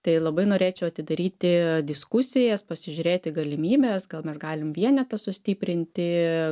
tai labai norėčiau atidaryti diskusijas pasižiūrėti galimybes gal mes galim vienetą sustiprinti